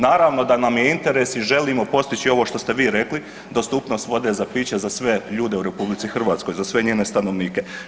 Naravno da nam je interes i želimo postići ovo što ste vi rekli, dostupnost vode za piće za sve ljude u RH, za sve njene stanovnike.